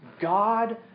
God